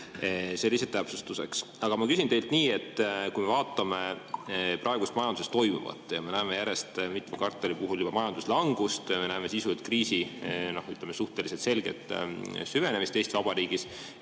on lihtsalt täpsustuseks. Aga ma küsin teilt nii. Kui me vaatame praegu majanduses toimuvat, siis me näeme järjest mitme kvartali puhul juba majanduslangust. Me näeme sisuliselt kriisi suhteliselt selget süvenemist Eesti Vabariigis.